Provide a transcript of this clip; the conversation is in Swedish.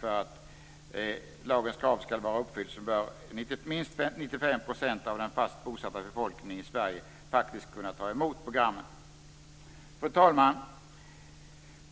För att lagens krav skall vara uppfyllt bör minst 95 % av den fast bosatta befolkningen i Sverige faktiskt kunna ta emot programmen. Fru talman!